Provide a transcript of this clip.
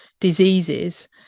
diseases